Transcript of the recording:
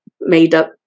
made-up